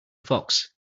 fox